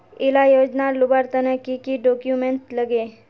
इला योजनार लुबार तने की की डॉक्यूमेंट लगे?